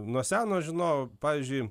nuo seno žinojau pavyzdžiui